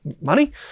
money